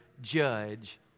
judge